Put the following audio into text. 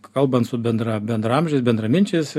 kalbant su bendra bendraamžiais bendraminčiais